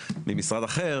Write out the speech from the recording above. מסוים.